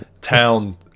town